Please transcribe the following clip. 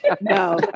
No